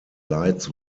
lights